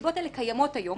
הנסיבות האלה קיימות היום.